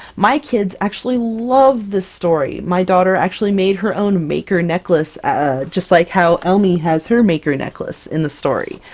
my kids actually love this story! my daughter actually made her own maker necklace just like how elmy has her maker necklace in the story!